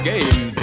game